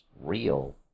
real